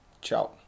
Ciao